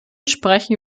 sprechen